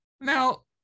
Now